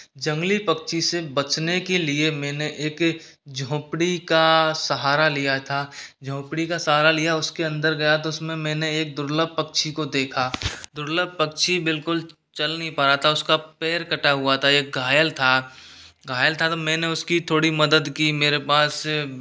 जंगली पक्षी से बचने के लिए मैंने एक झोपड़ी का सहारा लिया था झोपड़ी का सहारा लिया उसके अंदर गया तो उसमें मैंने एक दुर्लभ पक्षी को देखा दुर्लभ पक्षी बिल्कुल चल नहीं पा रहा था उसका पैर कटा हुआ था एक घायल था घायल था तो मैंने उसकी थोड़ी मदद की मेरे पास